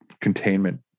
containment